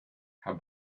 herr